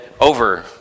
over